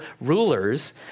rulers